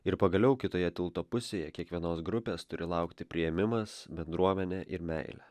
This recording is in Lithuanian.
ir pagaliau kitoje tilto pusėje kiekvienos grupės turi laukti priėmimas bendruomenė ir meilė